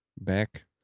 back